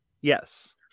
Yes